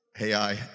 AI